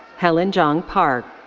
helen jang park.